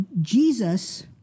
Jesus